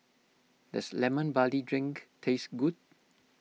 does Lemon Barley Drink taste good